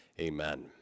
Amen